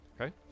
Okay